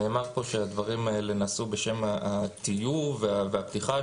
נאמר פה שהדברים האלה נעשו בשם הטיוב והפתיחה,